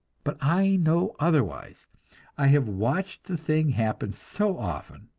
but i know otherwise i have watched the thing happen so often.